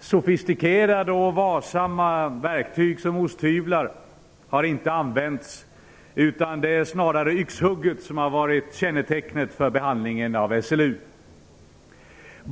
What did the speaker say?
Sofistikerade och varsamma verktyg som osthyvlar har inte använts, utan det är snarare yxhugget som har varit kännetecknet för behandlingen av SLU.